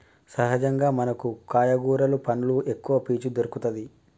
సహజంగా మనకు కాయ కూరలు పండ్లు ఎక్కవ పీచు దొరుకతది